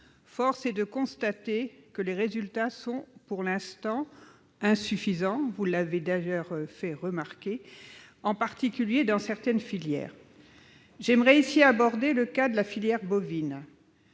Force est de constater que les résultats sont pour l'instant insuffisants- vous l'avez d'ailleurs fait remarquer -, en particulier dans certaines filières. J'aimerais ici aborder le cas de la filière bovine.